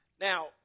Now